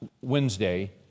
Wednesday